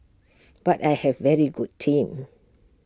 but I have A very good team